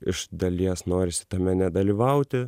iš dalies norisi tame nedalyvauti